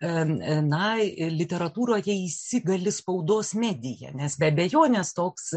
na literatūroje įsigali spaudos medija nes be abejonės toks